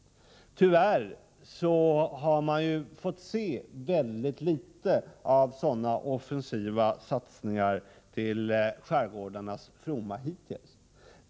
Tyvärr har man hittills fått se ytterst litet av sådana offensiva satsningar till skärgårdarnas fromma.